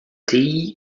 tea